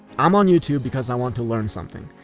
i'm on youtube because i want to learn something,